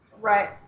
right